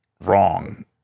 wrong